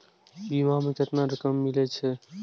बीमा में केतना रकम मिले छै?